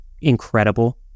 incredible